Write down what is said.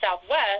Southwest